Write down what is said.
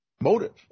motive